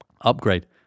upgrade